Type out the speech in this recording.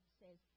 says